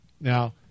Now